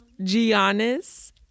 Giannis